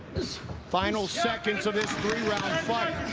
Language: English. final seconds of this three-round fight.